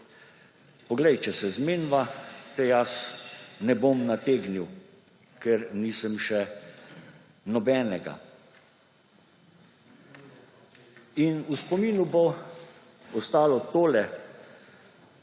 »Poglej, če se zmeniva, te jaz ne bom nategnil, ker nisem še nobenega.« V spominu bo ostalo tole: